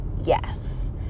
Yes